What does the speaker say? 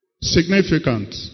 Significant